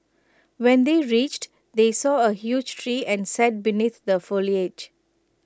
when they reached they saw A huge tree and sat beneath the foliage